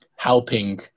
helping